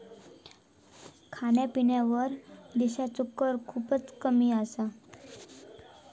खाण्यापिण्यावर देशाचो कर खूपच कमी असता